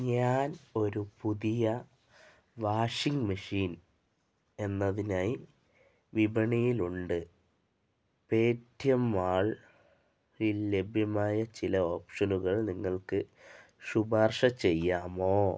ഞാൻ ഒരു പുതിയ വാഷിംഗ് മെഷീൻ എന്നതിനായി വിപണിയിലുണ്ട് പേടിഎം മാളിൽ ലഭ്യമായ ചില ഓപ്ഷനുകൾ നിങ്ങൾക്ക് ശുപാർശ ചെയ്യാമോ